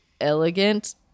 elegant